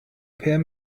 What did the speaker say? per